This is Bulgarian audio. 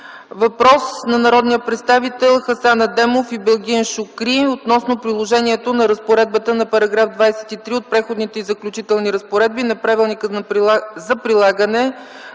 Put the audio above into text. Въпрос на народните представители Хасан Адемов и Белгин Шукри относно приложението на разпоредбата на § 23 от Преходните и заключителни разпоредби на Правилника за прилагане